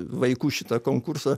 vaikų šitą konkursą